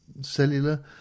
cellular